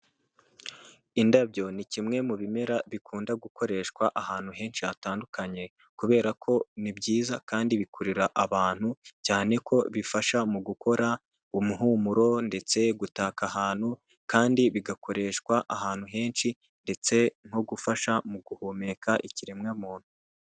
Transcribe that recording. Indabyo ni kimwe mu bimera bikunda gukoreshwa ahantu henshi hatandukanye, kubera ko ni byiza kandi bikura abantu, cyane ko bifasha mu gukora umuhumuro ndetse gutaka ahantu, kandi bigakoreshwa ahantu henshi ndetse no gufasha mu guhumeka ikiremwa muntu.